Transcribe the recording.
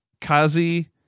Kazi